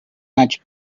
much